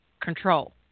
control